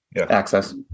access